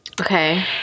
Okay